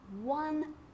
one